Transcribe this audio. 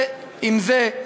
זה עם זה,